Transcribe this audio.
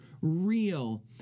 real